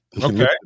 Okay